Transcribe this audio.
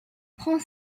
prend